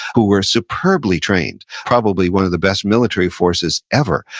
who were superbly trained. probably one of the best military forces ever.